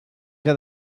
que